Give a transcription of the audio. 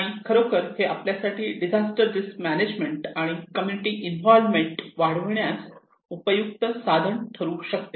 आणि खरोखर हे आपल्यासाठी डिझास्टर रिस्क मॅनेजमेंट आणि कम्युनिटी इन्व्हॉल्व्हमेंट वाढविण्यासाठी उपयुक्त साधन ठरू शकते